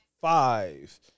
Five